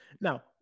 now